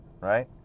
right